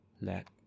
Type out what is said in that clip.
let